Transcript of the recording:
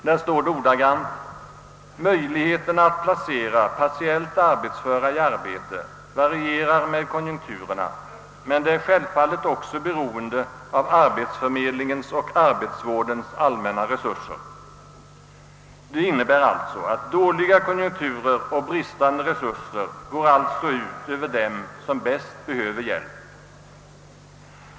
Där står ordagrant: »Möjligheterna att placera partiellt arbetsföra i arbete varierar med konjunkturerna men det är självfallet också beroende av arbetsförmedlingens och arbetsvårdens allmänna resurser.» Det innebär alltså att dåliga konjunkturer och bristande resurser går ut över dem som bäst behöver hjälp!